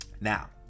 Now